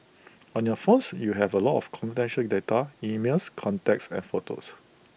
on your phones you have A lot of confidential data emails contacts and photos